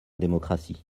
démocratie